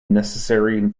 necessary